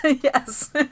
yes